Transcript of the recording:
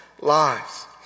lives